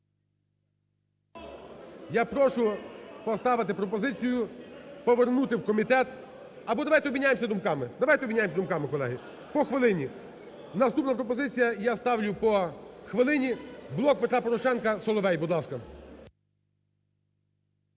Я прошу поставити пропозицію повернути в комітет… або давайте обміняємося думками. Давайте обміняємося думками, колеги, по хвилині. Наступна пропозиція, я ставлю по хвилині. "Блок Петра Порошенка", Соловей, будь ласка.